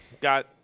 got